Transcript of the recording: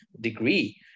degree